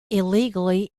illegally